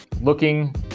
looking